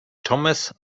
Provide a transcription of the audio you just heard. thomas